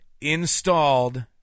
installed